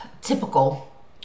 Typical